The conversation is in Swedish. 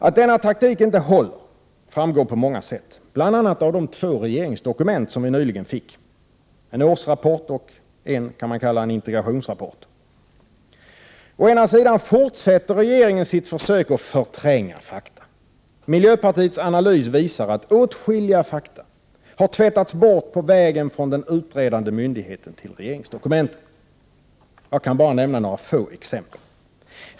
Att denna taktik inte håller framgår på många sätt, bl.a. av de två regeringsdokument om EG-arbetet som vi nyligen har fått: en årsrapport och en s.k. integrationsrapport. Å ena sidan fortsätter regeringen sitt försök att förtränga fakta. Miljöpartiets analys visar att åtskilliga fakta har tvättats bort på vägen från den utredande myndigheten till regeringsdokumentet. Jag kan nämna några få exempel.